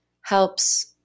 helps